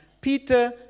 Peter